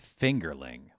fingerling